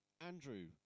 Andrew